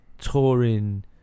touring